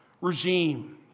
regime